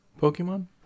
Pokemon